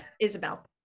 Isabel